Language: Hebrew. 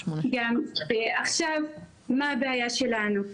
עכשיו מה הבעיה שלנו?